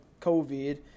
COVID